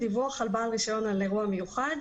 (דיווח של בעל רישיון על אירוע מיוחד),